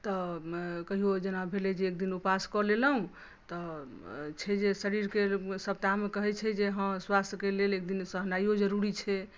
तऽ कहियो जेना भेलै जे एक दिन उपास कऽ लेलहुॅं तऽ छै जे शरीर के सप्ताह मे कहै छै जे हाँ स्वास्थ के लेल एकदिन सहनाईयो जरुरी छै